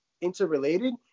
interrelated